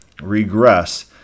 regress